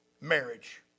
marriage